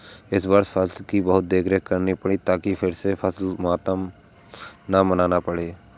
इस वर्ष फसल की बहुत देखरेख करनी पड़ी ताकि फिर से फसल मातम न मनाना पड़े